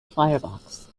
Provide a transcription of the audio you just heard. firebox